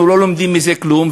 אנחנו לא לומדים מזה כלום,